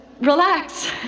relax